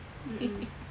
mmhmm